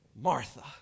Martha